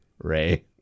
Ray